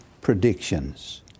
predictions